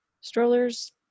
strollers